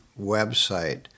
website